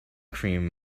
cream